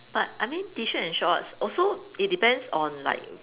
but I mean T-shirt and shorts also it depends on like